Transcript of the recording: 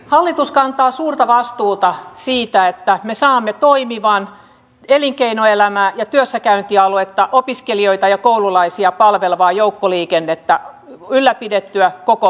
aloituskantaa suurta vastuuta siitä että me saamme toimivan elinkeinoelämää ja työssäkäyntialuetta opiskelijoita ja koululaisia palvelevaa joukkoliikennettä on kyllä pidettyä koko